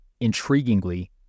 Intriguingly